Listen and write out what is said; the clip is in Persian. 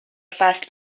فصل